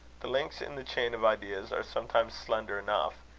the links in the chain of ideas are sometimes slender enough.